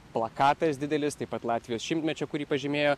plakatas didelis taip pat latvijos šimtmečio kurį pažymėjo